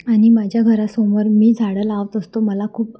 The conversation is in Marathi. आणि माझ्या घरासमोर मी झाडं लावत असतो मला खूप